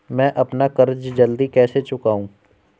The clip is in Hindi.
मैं अपना कर्ज जल्दी कैसे चुकाऊं?